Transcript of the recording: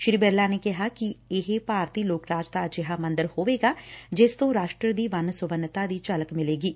ਸ੍ਰੀ ਬਿਰਲਾ ਨੇ ਕਿਹਾ ਕਿ ਇਹ ਭਾਰਤੀ ਲੋਕਰਾਜ ਦਾ ਅਜਿਹਾ ਮੰਦਰ ਹੋਵੇਗਾ ਜਿਸ ਤੋਂ ਰਾਸ਼ਟਰ ਦੀ ਵੰਨ ਸੁਵਨਤਾ ਦੀ ਝਲਕ ਮਿਲੇਗੀ